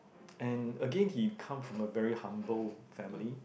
and again he come from a very humble family